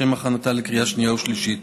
לשם הכנתה לקריאה שנייה ושלישית.